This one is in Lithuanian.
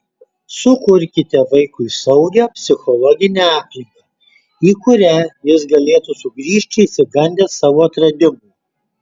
sukurkite vaikui saugią psichologinę aplinką į kurią jis galėtų sugrįžti išsigandęs savo atradimų